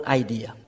idea